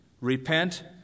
Repent